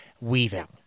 weaving